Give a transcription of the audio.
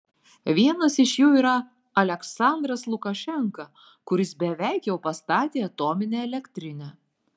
vienas iš jų yra aliaksandras lukašenka kuris beveik jau pastatė atominę elektrinę